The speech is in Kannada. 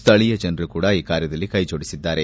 ಸ್ಥಳೀಯ ಜನರು ಕೂಡ ಈ ಕಾರ್ಯದಲ್ಲಿ ಕೈಜೊಡಿಸಿದ್ದಾರೆ